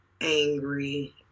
angry